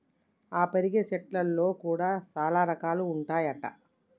ఆ పెరిగే చెట్లల్లో కూడా చాల రకాలు ఉంటాయి అంట